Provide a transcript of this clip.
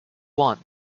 won